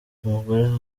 umugore